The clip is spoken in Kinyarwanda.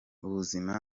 ubuzima